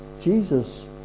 Jesus